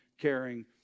caring